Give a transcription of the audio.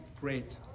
great